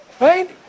Right